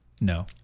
no